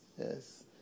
Yes